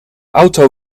auto